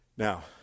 Now